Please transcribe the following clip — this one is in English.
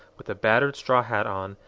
with a battered straw hat on,